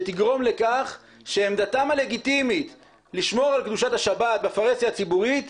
שתגרום לכך שעמדתם הלגיטימית לשמור על קדושת השבת בפרהסיה הציבורית,